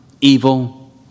evil